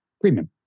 premium